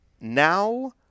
now